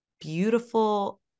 beautiful